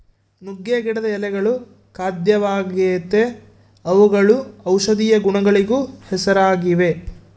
ನುಗ್ಗೆ ಗಿಡದ ಎಳೆಗಳು ಖಾದ್ಯವಾಗೆತೇ ಅವುಗಳು ಔಷದಿಯ ಗುಣಗಳಿಗೂ ಹೆಸರಾಗಿವೆ